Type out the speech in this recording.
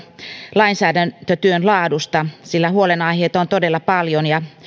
lainsäädäntötyön laadusta sillä huolenaiheita on todella paljon